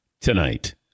Tonight